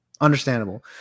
understandable